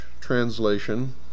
translation